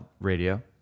Radio